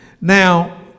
Now